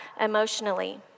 emotionally